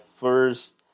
first